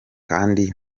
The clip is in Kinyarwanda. kandi